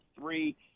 three